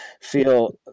feel